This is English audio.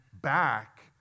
back